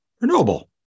renewable